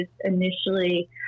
initially